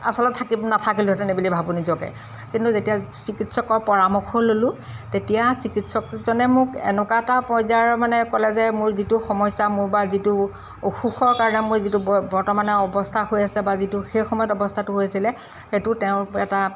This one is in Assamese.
আচলতে থাকি নাথাকিলোহেঁতেনে এইবুলি ভাবোঁ নিজকে কিন্তু যেতিয়া চিকিৎসকৰ পৰামৰ্শ ল'লো তেতিয়া চিকিৎসকজনে মোক এনেকুৱা এটা পৰ্য্য়ায়ৰ মানে ক'লে যে মোৰ যিটো সমস্যা মোৰ বা যিটো অসুখৰ কাৰণে মোৰ যিটো বৰ্তমানে অৱস্থা হৈ আছে বা যিটো সেই সময়ত অৱস্থাটো হৈ আছিলে সেইটো তেওঁৰ এটা